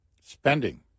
spending